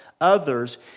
Others